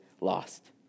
lost